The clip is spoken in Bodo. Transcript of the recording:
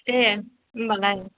दे होनबालाय